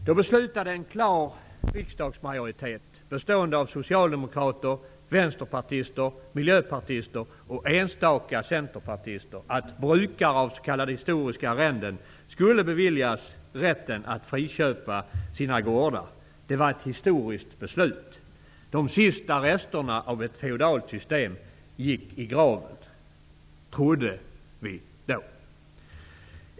Då beslutade en klar riksdagsmajoritet bestående av socialdemokrater, vänsterpartister, miljöpartister och enstaka centerpartister att brukare av s.k. historiska arrenden skulle beviljas rätten att friköpa sina gårdar. Det var ett historiskt beslut. De sista resterna av ett feodalt system gick i graven. Trodde vi!